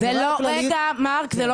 הרעיון כאן לחבר בין הדברים שקיימים ולייצר